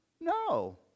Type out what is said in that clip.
no